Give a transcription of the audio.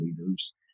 leaders